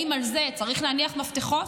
האם על זה צריך להניח מפתחות?